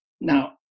Now